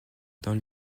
dans